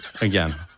Again